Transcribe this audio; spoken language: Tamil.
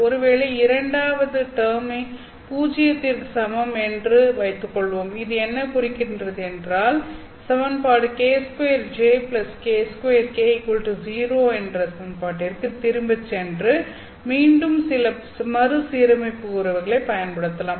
ஒருவேளை இரண்டாவது டெர்ம் பூஜ்ஜியத்திற்கு சமம் என்று வைத்துக்கொள்வோம் இது என்ன குறிக்கின்றது என்றால் சமன்பாடு k 2J k 2K 0 என்ற சமன் பாட்டிற்கு திரும்பிச் சென்று மீண்டும் சில மறுசீரமைப்பு உறவுகளை பயன்படுத்தலாம்